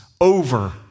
over